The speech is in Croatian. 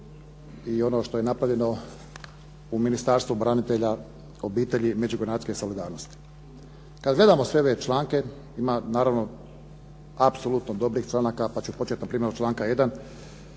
i ono što je napravljeno u Ministarstvu branitelja, obitelji i međugeneracijske solidarnosti. Kad gledamo sve ove članke ima naravno apsolutno dobrih članaka pa ću početi na primjer od članka 1.